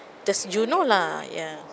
just you know lah ya